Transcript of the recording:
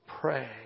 Pray